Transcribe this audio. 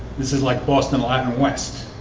this is like boston live in west